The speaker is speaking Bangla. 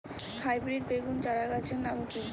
হাইব্রিড বেগুন চারাগাছের নাম কি?